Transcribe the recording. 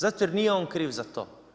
Zato jer nije on kriv za to.